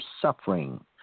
suffering